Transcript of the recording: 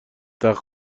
تخت